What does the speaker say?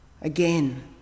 Again